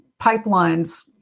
pipelines